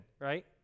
right